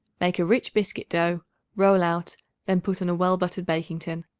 make a rich biscuit dough roll out then put on a well-buttered baking-tin.